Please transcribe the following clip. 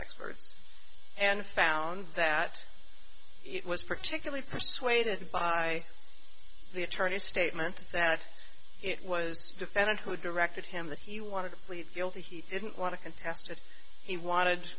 experts and found that it was particularly persuaded by the attorney's statement that it was defendant who directed him that he wanted to plead guilty he didn't want to contest it he wanted